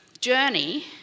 journey